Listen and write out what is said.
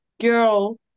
girl